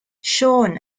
siôn